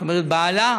זאת אומרת בעלה,